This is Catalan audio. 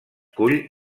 cull